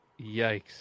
Yikes